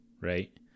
right